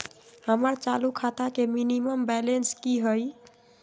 हमर चालू खाता के मिनिमम बैलेंस कि हई?